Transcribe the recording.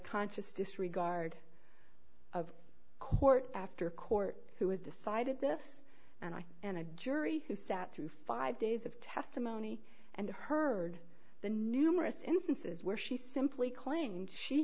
conscious disregard of court after court who has decided this and i and a jury has sat through five days of testimony and heard the numerous instances where she simply claimed she